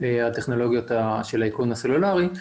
הטכנולוגיות של האיכון הסלולרי.